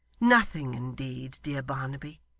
nothing indeed, dear barnaby.